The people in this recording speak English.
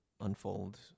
unfold